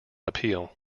appeal